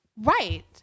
Right